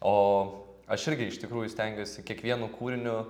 o aš irgi iš tikrųjų stengiuosi kiekvienu kūriniu